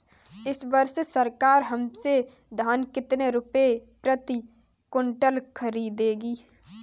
इस वर्ष सरकार हमसे धान कितने रुपए प्रति क्विंटल खरीदेगी?